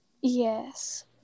yes